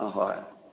ꯑꯥ ꯍꯣꯏ